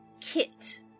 kit